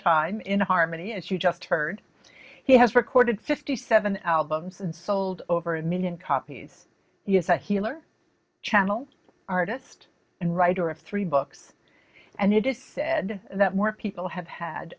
time in harmony as you just heard he has recorded fifty seven albums and sold over a million copies yes i healer channel artist and writer of three books and it is said that more people have had